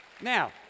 Now